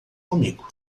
comigo